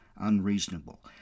unreasonable